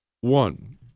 One